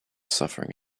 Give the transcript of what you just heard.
suffering